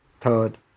Third